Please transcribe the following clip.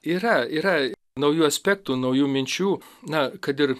yra yra naujų aspektų naujų minčių na kad ir